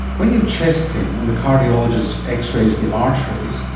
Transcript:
when you've chest pain and the cardiologist x-rays the arteries,